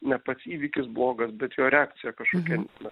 ne pats įvykis blogas bet jo reakcija kažkokia na